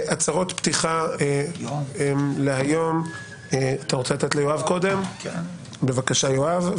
הצהרות פתיחה להיום, בבקשה יואב.